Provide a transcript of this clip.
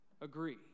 agree